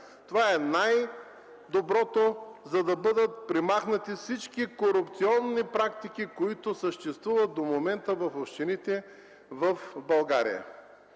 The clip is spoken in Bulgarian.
Това е най-доброто, за да бъдат премахнати всички корупционни практики, които съществуват до момента в общините в България.